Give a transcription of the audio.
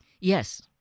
Yes